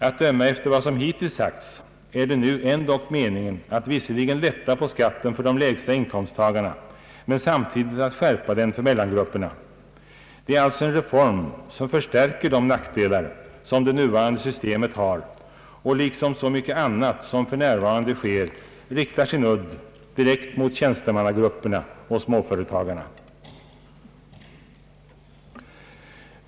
Att döma efter vad som hittills sagts är det nu ändock meningen att visserligen lätta på skatten för de lägsta inkomsttagarna men samtidigt att skärpa den för mellangrupperna. Det är alltså en reform som förstärker de nackdelar som det nuvarande systemet har och liksom så mycket annat som för närvarande sker riktar sin udd direkt mot tjänstemannagrupperna och småföretagarna.